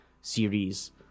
series